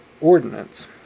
ordinance